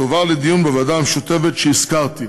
תועבר לדיון בוועדה המשותפת שהזכרתי.